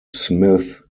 smith